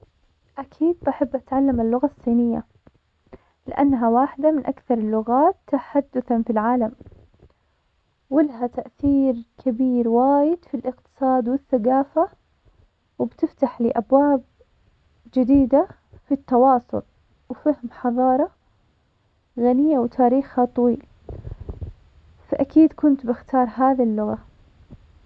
أكيد بحب أتعلم اللغة الصينية, لأنها واحدة من أكثر اللغات تحدثا في العالم, والها تأثير كبير وايد في الاقتصاد والثقافة, وبتفتح لي أبواب جديدة في التواصل وفهم حضارة غنية وتاريخها طويل, فأكيد كنت بختار هذي اللغة.